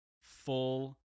full